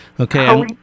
Okay